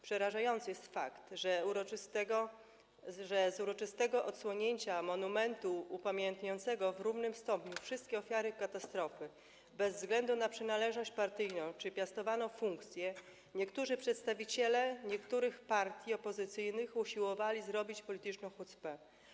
Przerażający jest fakt, że z uroczystego odsłonięcia monumentu upamiętniającego w równym stopniu wszystkie ofiary katastrofy, bez względu na przynależność partyjną czy piastowaną funkcję, niektórzy przedstawiciele niektórych partii opozycyjnych usiłowali zrobić polityczną hucpę.